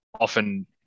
often